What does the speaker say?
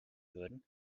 würden